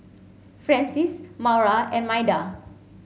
Francis Maura and Maida